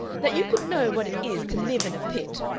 that you could know what it is to live in a pit!